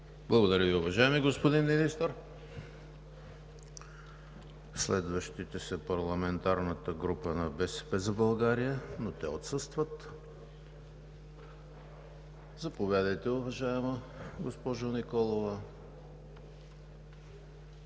Благодаря Ви, уважаеми господин Министър. Следващите са парламентарната група на „БСП за България“, но те отсъстват. Заповядайте, уважаема госпожо Николова.